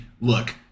Look